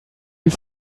you